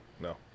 no